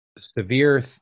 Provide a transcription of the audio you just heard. severe